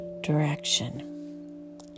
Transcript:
direction